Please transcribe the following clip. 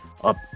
up